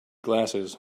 glasses